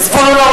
(קוראת בשמות חברי הכנסת) זבולון אורלב,